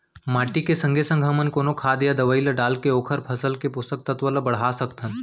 माटी के संगे संग हमन कोनो खाद या दवई ल डालके ओखर फसल के पोषकतत्त्व ल बढ़ा सकथन का?